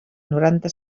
noranta